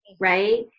right